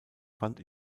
fand